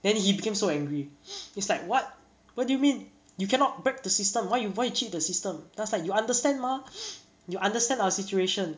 then he became so angry it's like what what do you mean you cannot break the system why you why you cheat the system then I was like you understand mah you understand our situation